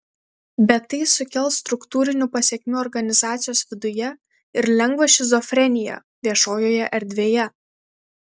bet tai sukels struktūrinių pasekmių organizacijos viduje ir lengvą šizofreniją viešojoje erdvėje